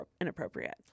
inappropriate